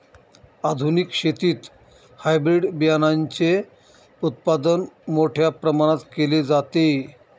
आधुनिक शेतीत हायब्रिड बियाणाचे उत्पादन मोठ्या प्रमाणात केले जाते